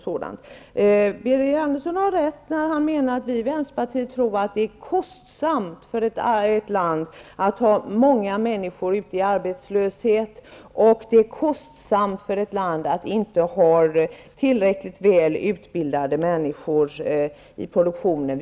Birger Andersson har rätt när han menar att vi i Vänsterpartiet tror att det är kostsamt för ett land att ha många människor arbetslösa och att inte ha tillräckligt välutbildade människor i produktionen.